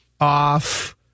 off